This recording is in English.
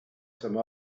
some